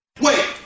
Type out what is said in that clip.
wait